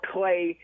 Clay